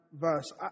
verse